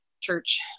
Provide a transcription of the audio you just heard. church